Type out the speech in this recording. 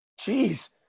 Jeez